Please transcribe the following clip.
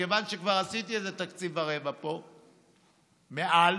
מכיוון שכבר עשיתי איזה תקציב ורבע פה, מעל,